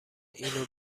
اینو